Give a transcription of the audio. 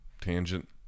tangent